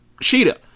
Sheeta